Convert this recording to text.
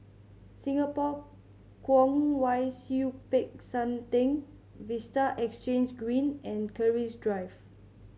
Singapore Kwong Wai Siew Peck San Theng Vista Exhange Green and Keris Drive